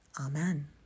Amen